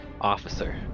Officer